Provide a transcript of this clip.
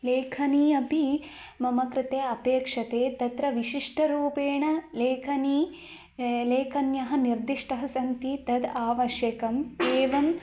लेखनी अपि मम कृते अपेक्षते तत्र विशिष्टरूपेण लेखनी लेखन्यः निर्दिष्टः सन्ति तद् आवश्यकम् एवम्